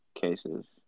cases